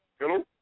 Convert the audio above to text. Hello